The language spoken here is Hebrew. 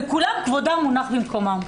וכולם כבודם מונח במקומם.